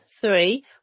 three